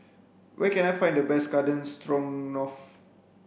where can I find the best Garden Stroganoff